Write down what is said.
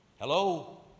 hello